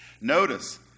Notice